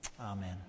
Amen